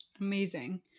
Amazing